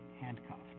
handcuffed